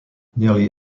nearly